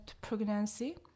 pregnancy